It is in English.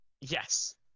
Yes